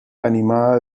animada